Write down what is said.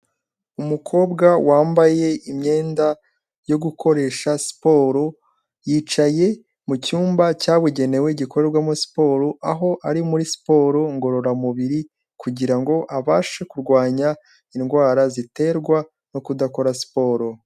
Umukobwa wambaye imyenda yo gukoresha siporo, yicaye mu cyumba cyabugenewe gikorerwamo siporo, aho ari muri siporo ngororamubiri, kugira ngo abashe kurwanya indwara ziterwa no kudakora siporo.